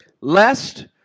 Lest